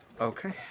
Okay